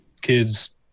kid's